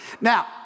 Now